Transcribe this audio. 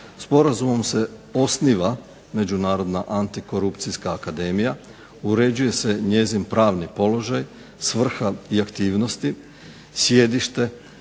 Sporazumom se osniva Međunarodna antikorupcijska akademija. Uređuje se njezin pravni položaj, svrha i aktivnosti, sjedište